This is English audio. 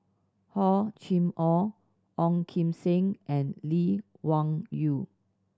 Hor Chim Or Ong Kim Seng and Lee Wung Yew